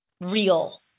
real